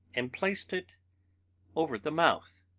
and placed it over the mouth.